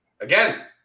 Again